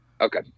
Okay